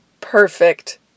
perfect